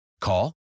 Call